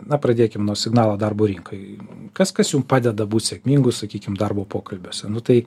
na pradėkim nuo signalo darbo rinkoj kas kas jum padeda būti sėkmingu sakykim darbo pokalbiuose nu tai